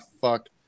fuck